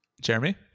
Jeremy